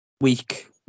week